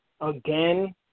again